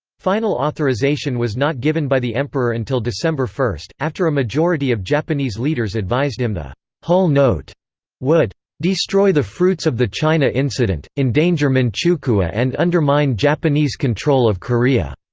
final authorization was not given by the emperor until december one, after a majority of japanese leaders advised him the hull note would destroy the fruits of the china incident, endanger manchukuo and undermine japanese control of korea.